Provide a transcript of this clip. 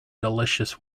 delicious